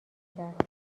کرد